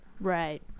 right